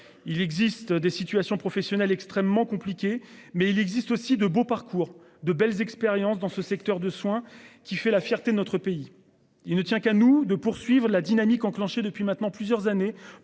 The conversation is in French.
Il existe des situations professionnelles extrêmement compliqué mais il existe aussi de beaux parcours de belles expériences dans ce secteur de soins qui fait la fierté de notre pays. Il ne tient qu'à nous de poursuivre la dynamique enclenchée depuis maintenant plusieurs années